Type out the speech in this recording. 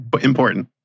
Important